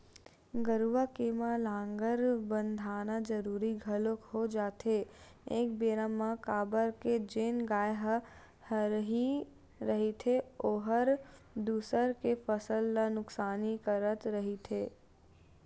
गरुवा के म लांहगर बंधाना जरुरी घलोक हो जाथे एक बेरा म काबर के जेन गाय ह हरही रहिथे ओहर दूसर के फसल ल नुकसानी करत रहिथे